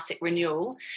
Renewal